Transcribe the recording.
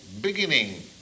beginning